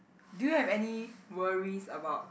do you have any worries about